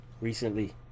recently